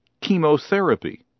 chemotherapy